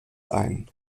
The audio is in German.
ein